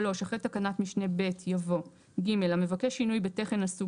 אחרי תקנת משנה (ב) יבוא: "(ג) המבקש שינוי בתכן הסוג